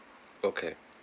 okay